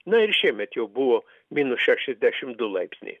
na ir šiemet jau buvo minus šešiasdešim du laipsniai